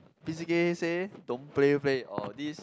P_C_K say don't play play or this